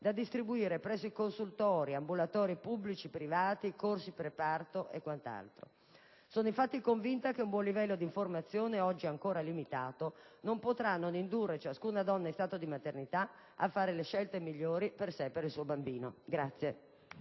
da distribuire presso consultori, ambulatori pubblici e privati, corsi preparto e quant'altro. Sono infatti convinta che un buon livello di informazione, oggi ancora limitato, non potrà non indurre ciascuna donna in stato di maternità a fare le scelte migliori per sé e per il suo bambino.